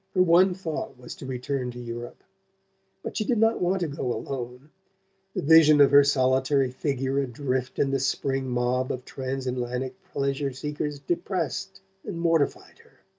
her one thought was to return to europe but she did not want to go alone. the vision of her solitary figure adrift in the spring mob of trans-atlantic pleasure-seekers depressed and mortified her.